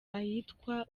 ahitwa